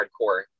hardcore